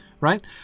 Right